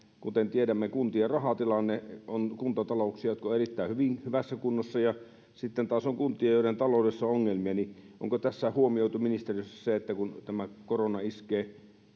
kuten tiedämme kuntien rahatilanne on kuntatalouksia jotka ovat erittäin hyvässä kunnossa ja sitten taas on kuntia joiden taloudessa on ongelmia onko tässä huomioitu ministeriössä se että tämä korona iskee